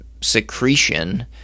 secretion